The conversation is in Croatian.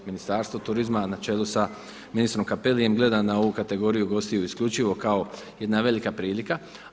Ministarstvo turizma na čelu sa ministrom Cappelijem gleda na ovu kategoriju gostiju isključivo kao jedna velika prilika.